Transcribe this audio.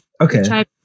Okay